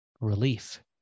relief